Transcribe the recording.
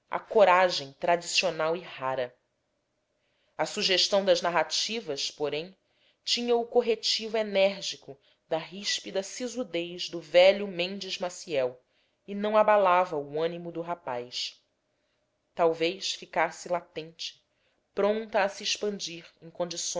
a coragem tradicional e rara a sugestão das narrativas porém tinha o corretivo enérgico da ríspida sisudez do velho mendes maciel e não abalava o ânimo do rapaz talvez ficasse latente pronta a se expandir